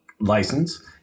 license